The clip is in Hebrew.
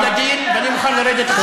חבר הכנסת טיבי, תודה.